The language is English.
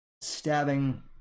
stabbing